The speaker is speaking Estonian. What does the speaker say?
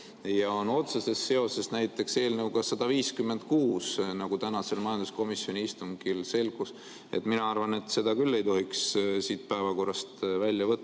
ja on otseses seoses eelnõuga 156, nagu tänasel majanduskomisjoni istungil selgus. Mina arvan, et seda küll ei tohiks siit päevakorrast välja võtta.